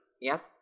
yes